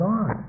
on